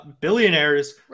billionaires